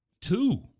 Two